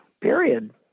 Period